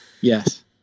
Yes